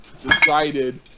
decided